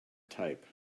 type